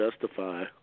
justify